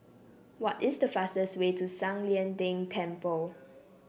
what is the fastest way to San Lian Deng Temple